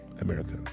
America